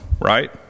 right